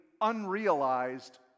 unrealized